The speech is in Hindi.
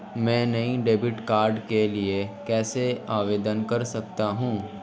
मैं नए डेबिट कार्ड के लिए कैसे आवेदन कर सकता हूँ?